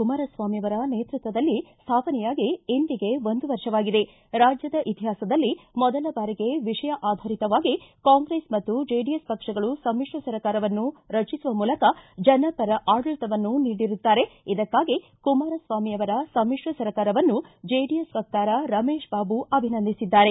ಕುಮಾರಸ್ವಾಮಿ ನೇತೃತ್ವದಲ್ಲಿ ಸ್ಥಾಪನೆಯಾಗಿ ಇಂದಿಗೆ ಒಂದು ವರ್ಷವಾಗಿದೆ ರಾಜ್ಞದಲ್ಲಿ ಮೊದಲ ಬಾರಿಗೆ ವಿಷಯಾಧಾರಿತವಾಗಿ ಕಾಂಗ್ರೆಸ್ ಮತ್ತು ಜೆಡಿಸ್ ಪಕ್ಷಗಳು ಸಮಿತ್ರ ಸರ್ಕಾರವನ್ನು ರಚಿಸುವ ಮೂಲಕ ಜನ ಪರ ಅಡಳಿತವನ್ನು ನೀಡಿರುತ್ತಾರೆ ಇದಕ್ಕಾಗಿ ಕುಮಾರಸ್ವಾಮಿಯವರ ಸಮಿತ್ರ ಸರ್ಕಾರವನ್ನು ಜೆಡಿಎಸ್ ವಕ್ತಾರ ರಮೇಶ ಬಾಬು ಅಭಿನಂದಿಸಿದ್ದಾರೆ